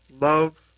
Love